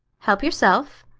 help yourself.